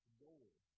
gold